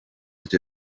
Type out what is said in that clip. that